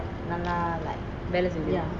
வேலை செஞ்சிது:vella senjithu